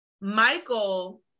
Michael